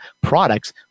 products